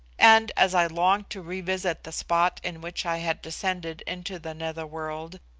and as i longed to revisit the spot in which i had descended into the nether world,